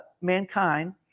mankind